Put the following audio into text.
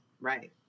Right